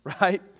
right